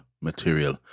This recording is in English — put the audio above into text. material